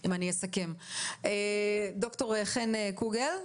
אני רוצה לעבור לד"ר חן קוגל.